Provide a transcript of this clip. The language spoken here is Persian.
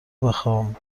بخوام